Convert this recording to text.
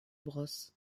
bros